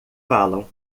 falam